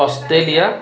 Australia